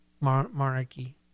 monarchy